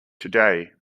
today